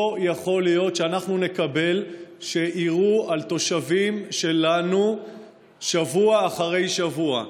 לא יכול להיות שאנחנו נקבל שיירו על תושבים שלנו שבוע אחרי שבוע.